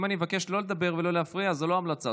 אם אני מבקש לא לדבר ולא להפריע זה לא המלצה.